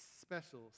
special